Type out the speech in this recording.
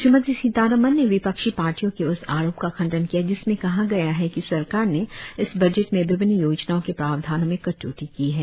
श्रीमती सीतारामन ने विपक्षी पार्टियों के उस आरोप का खंडन किया जिसमें कहा गया है कि सरकार ने इस बजट में विभिन्न योजनाओं के प्रावधानों में कटौती की है